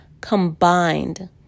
combined